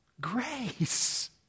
grace